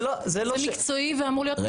זה מקצועי ואמור להיות מפוקח.